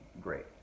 great